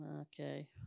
okay